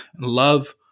love